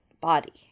body